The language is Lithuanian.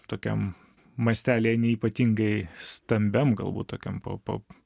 tokiam mastelyje neypatingai stambiam galbūt tokiam po po